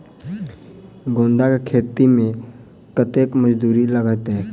गेंदा केँ खेती मे कतेक मजदूरी लगतैक?